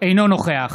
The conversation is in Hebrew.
אינו נוכח